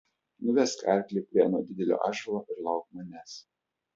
nuvesk arklį prie ano didelio ąžuolo ir lauk manęs